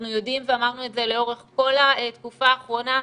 אנחנו יודעים ואמרנו את זה לאורך כל התקופה האחרונה,